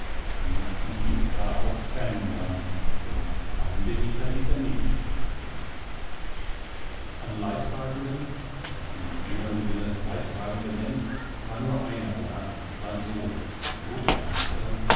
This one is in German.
mochten hie und da auch tränen sein denn feinde hinterließ er nicht der pütz an leidtragenden was man in engerem sinne leidtragende nennt war nur einer da sein sohn lothar hieß er